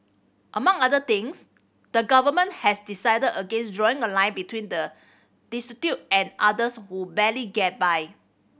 among other things the Government has decided against drawing a line between the destitute and others who barely get by